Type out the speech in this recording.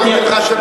זאביק,